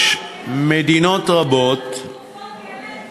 לא קונים תרופות כי אין להם כסף.